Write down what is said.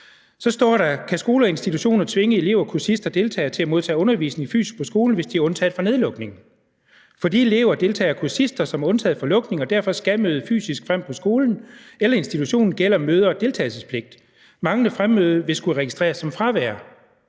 så står der: »Kan skoler og institutioner tvinge elever/kursister/deltagere til at modtage undervisning fysisk på skolen hvis de er undtaget fra nedlukning? For de elever, deltagere eller kursister, som er undtaget fra lukningen og derfor skal møde fysisk frem på skolen eller institutionen, gælder møde- og deltagelsespligt ... Manglende fremmøde vil skulle registreres som fravær.«